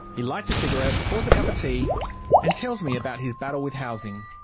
he lights a cigarette, pours a cup of tea and tells me about his battle with housing.